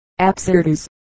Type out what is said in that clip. Absurdus